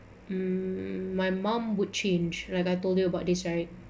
mm my mom would change like I told you about this right